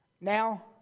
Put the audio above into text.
now